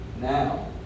now